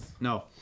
no